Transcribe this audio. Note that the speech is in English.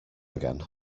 again